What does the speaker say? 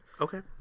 Okay